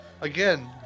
Again